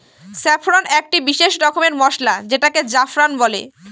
saffron একটি বিশেষ রকমের মসলা যেটাকে জাফরান বলে